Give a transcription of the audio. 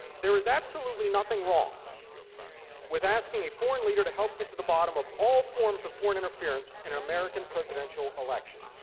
there is absolutely nothing wrong with asking a foreign leader to help get to the bottom of all forms of foreign interference in a presidential election.